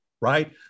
right